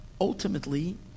ultimately